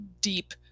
deep